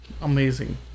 amazing